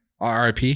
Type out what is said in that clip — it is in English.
RIP